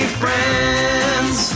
friends